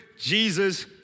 Jesus